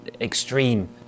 extreme